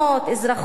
אזרחות,